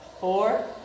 four